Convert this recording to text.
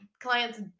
clients